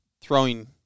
throwing